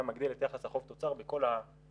היה מגדיל את יחס החוב-תוצר בכל הקרן